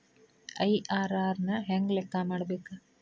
IRR ನ ಹೆಂಗ ಲೆಕ್ಕ ಮಾಡಬೇಕ?